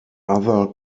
other